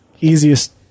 easiest